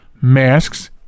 masks